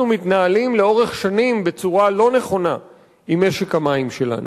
אנחנו מתנהלים לאורך שנים בצורה לא נכונה עם משק המים שלנו.